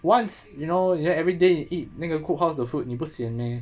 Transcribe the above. once you know you know everyday eat 那个 cook house 的 food 你不 sian meh